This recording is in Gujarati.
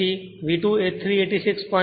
તેથી V2 એ 386